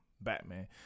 Batman